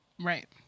Right